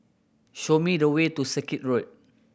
show me the way to Circuit Road